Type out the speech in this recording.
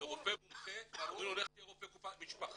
לרופא מומחה אומרים "לך תהיה רופא משפחה".